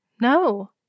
No